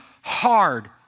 hard